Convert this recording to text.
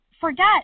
forget